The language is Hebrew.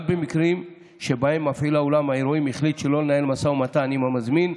גם במקרים שבהם מפעיל אולם האירועים החליט שלא לנהל משא ומתן עם המזמין,